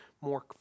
more